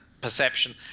Perception